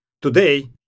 today